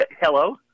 Hello